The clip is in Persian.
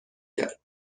کرد